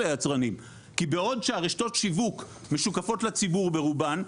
היצרנים כי בעוד שרשתות השיווק משוקפות לציבור ברובן,